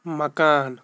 مکان